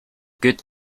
good